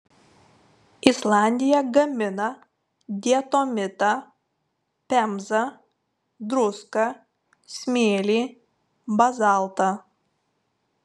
islandija gamina diatomitą pemzą druską smėlį bazaltą